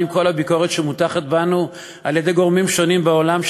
עם כל הביקורת שמוטחת בנו על-ידי גורמים שונים בעולם,